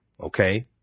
Okay